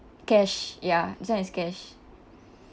cash ya this one is cash